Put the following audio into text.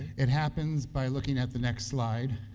it happens by locking at the next slide,